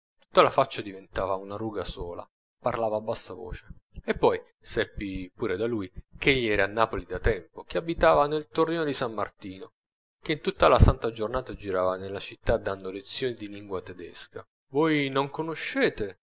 la faccia diventava una ruga sola parlava a bassa voce e poi seppi pure da lui ch'egli era a napoli da tempo che abitava nel torrione di s martino che in tutta la santa giornata girava nella città dando lezioni di lingua tedesca voi non conoscete